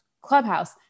clubhouse